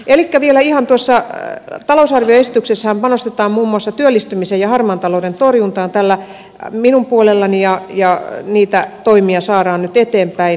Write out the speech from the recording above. elikkä vielä ihan tuossa talousarvioesityksessähän panostetaan muun muassa työllistymisen ja harmaan talouden torjuntaan tällä minun puolellani ja niitä toimia saadaan nyt eteenpäin